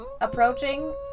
Approaching